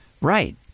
Right